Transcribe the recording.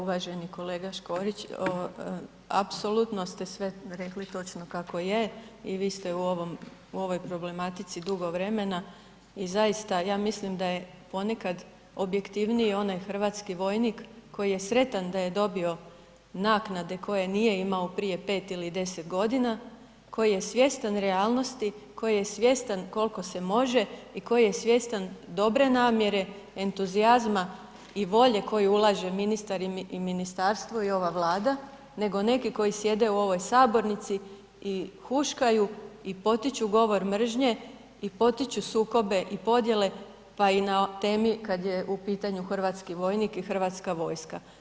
Uvaženi kolega Škorić, apsolutno ste sve rekli točno kako je i vi ste u ovoj problematici dugo vremena i zaista ja mislim da je ponekad objektivniji onaj hrvatski vojnik koji je sretan da je dobio naknade koje nije imao prije 5 ili 10 godina, koji je svjestan realnosti, koji je svjestan koliko se može i koji je svjestan dobre namjere, entuzijazma i volje koju ulaže ministar i ministarstvo i ova Vlada nego neki koji sjede u ovoj sabornici i huškaju i potiču govor mržnje i potiču sukobe i podjele pa i na temi kada je u pitanju hrvatski vojnik i Hrvatska vojska.